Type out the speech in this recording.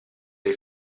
dei